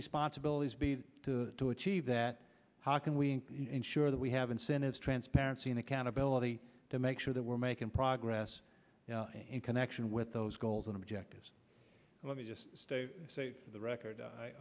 responsibilities be to to achieve that how can we ensure that we have incentives transparency and accountability to make sure that we're making progress in connection with those goals and objectives so let me just state for the record i